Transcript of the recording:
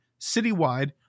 citywide